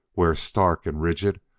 where, stark and rigid,